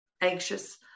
anxious